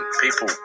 people